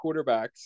quarterbacks